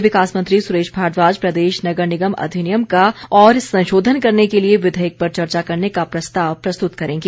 शहरी विकास मंत्री सुरेश भारद्वाज प्रदेश नगर निगम अधिनियम का और संशोधन करने के लिये विधेयक पर चर्चा करने का प्रस्ताव प्रस्तुत करेंगे